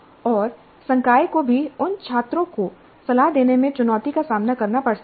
और संकाय को भी उन छात्रों को सलाह देने में चुनौती का सामना करना पड़ सकता है